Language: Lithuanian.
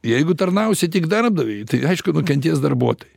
jeigu tarnausi tik darbdaviui tai aišku nukentės darbuotojai